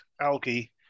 algae